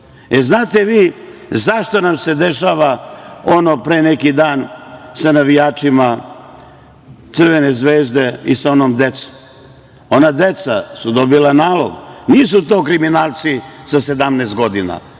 znate vi zašto nam se dešava ono pre neki dan sa navijačima Crvene zvezde i sa onom decom? Ona deca su dobila nalog. Nisu to kriminalci sa 17 godina.